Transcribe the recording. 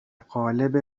قالب